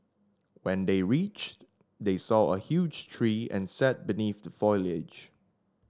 when they reached they saw a huge tree and sat beneath the foliage